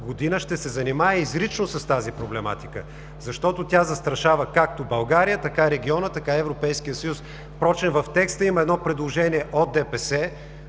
година ще се занимае изрично с тази проблематика. Защото тя застрашава както България, така и региона, така и Европейския съюз. Впрочем, в текста има едно предложение от ДПС,